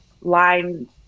line